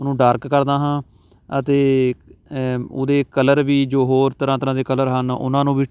ਉਹਨੂੰ ਡਾਰਕ ਕਰਦਾ ਹਾਂ ਅਤੇ ਉਹਦੇ ਕਲਰ ਵੀ ਜੋ ਹੋਰ ਤਰ੍ਹਾਂ ਤਰ੍ਹਾਂ ਦੇ ਕਲਰ ਹਨ ਉਹਨਾਂ ਨੂੰ ਵੀ